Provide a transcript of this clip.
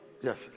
Yes